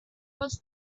was